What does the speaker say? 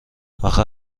آخه